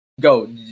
Go